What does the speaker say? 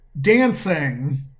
dancing